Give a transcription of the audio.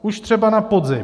Už třeba na podzim.